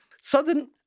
Southern